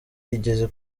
igeze